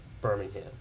Birmingham